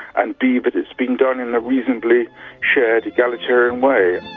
and b. that it's being done in a reasonably shared, egalitarian way.